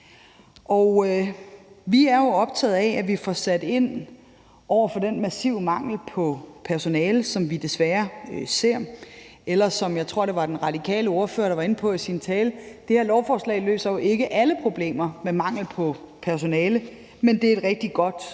Vi er jo optaget af, at vi får sat ind over for den massive mangel på personale, som vi desværre ser. Jeg tror, det var den radikale ordfører, der i sin tale var inde på, at det her lovforslag ikke løser alle problemer med mangel på personale, men det er et rigtig godt